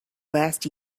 last